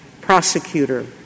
prosecutor